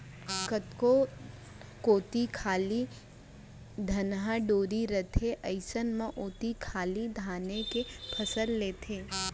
कतको कोती खाली धनहा डोली रथे अइसन म ओती खाली धाने के फसल लेथें